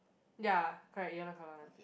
ya correct yellow colour one